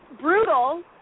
brutal